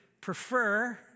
prefer